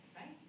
right